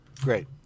Great